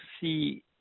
see